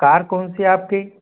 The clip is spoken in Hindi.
कार कौनसी है आपकी